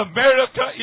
America